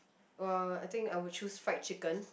well I think I will choose fried chicken